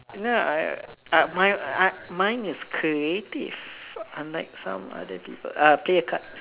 ya I mine uh mine is creative unlike some other people uh play a card